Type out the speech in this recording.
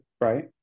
right